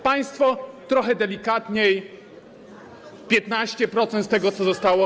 Państwo trochę delikatniej - 15% z tego, co zostało.